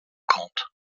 compte